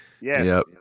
Yes